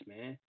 man